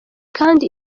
kandi